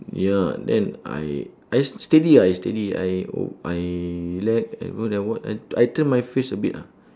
ya then I I just steady ah I steady I oh I relax and what happen I I turn my face a bit ah